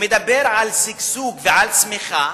ומדבר על שגשוג ועל צמיחה,